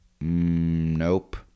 Nope